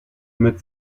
mit